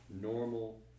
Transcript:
normal